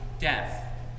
death